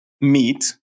meat